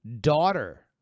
Daughter